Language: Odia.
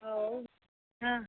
ହଉ ହଁ